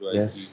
yes